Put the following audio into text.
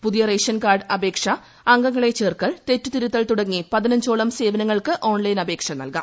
പുതിയ റേഷൻകാർഡ് അപേക്ഷ അംഗങ്ങളെ ചേർക്കൽ തെറ്റുതിരുത്തൽ തുടങ്ങി പതിനഞ്ചോളം സേവനങ്ങൾക്ക് ഓൺലൈൻ അപേക്ഷ നൽകാം